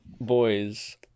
boys